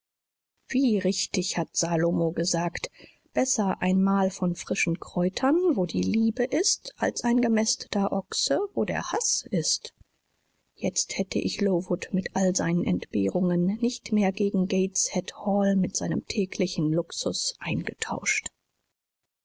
wie richtig hat salomo gesagt besser ein mahl von frischen kräutern wo die liebe ist als ein gemästeter ochse wo der haß ist jetzt hätte ich lowood mit all seinen entbehrungen nicht mehr gegen gateshead hall mit seinem täglichen luxus eingetauscht